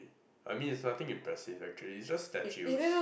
I mean it's nothing impressive actually it's just statues